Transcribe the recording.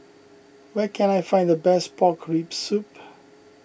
where can I find the best Pork Rib Soup